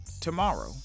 tomorrow